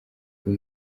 uyu